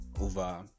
over